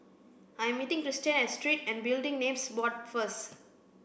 I am meeting Cristian at Street and Building Names Board first